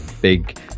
big